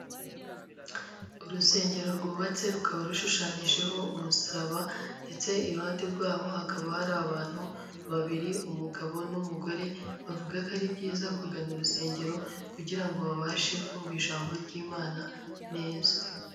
Urusengero rwubatse rukaba rushushanyijeho umusaraba ndetse iruhande rwaho hakaba hari abantu babiri, umugabo n'umugore, bavuga ko ari byiza kugana urusengero kugira ngo babashe kumva ijambo ry'imana neza.